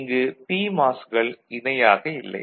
இங்கு பிமாஸ்கள் இணையாக இல்லை